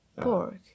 Pork